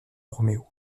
romeo